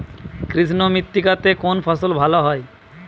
কৃষ্ণ মৃত্তিকা তে কোন ফসল ভালো হয়?